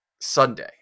sunday